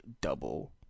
double